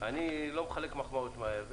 אני לא מחלק מחמאות מהר.